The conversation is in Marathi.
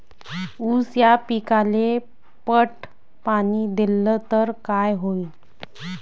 ऊस या पिकाले पट पाणी देल्ल तर काय होईन?